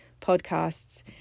podcasts